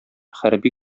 хәрби